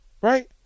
right